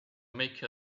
make